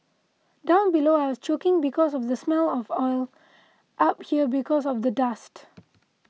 down below I was choking because of the smell of oil up here because of the dust